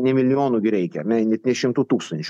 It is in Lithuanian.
ne milijonų gi reikia ar ne net ne šimtų tūkstančių